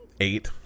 eight